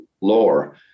lore